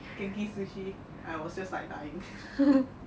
Genki Sushi I was just like dying